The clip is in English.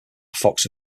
fox